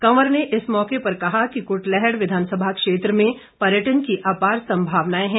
कंवर ने इस मौके पर कहा कि कुटलैहड़ विधानसभा क्षेत्र में पर्यटन की अपार संभावनाएं हैं